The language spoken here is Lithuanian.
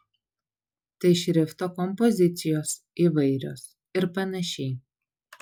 tai šrifto kompozicijos įvairios ir panašiai